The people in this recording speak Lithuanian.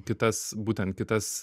kitas būtent kitas